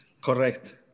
Correct